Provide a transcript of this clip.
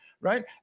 right